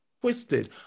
twisted